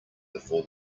before